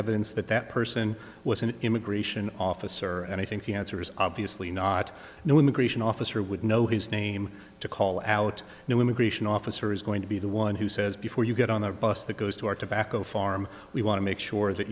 evidence that that person was an immigration officer and i think the answer is obviously not no immigration officer would know his name to call out no immigration officer is going to be the one who says before you get on the bus that goes to our tobacco farm we want to make sure that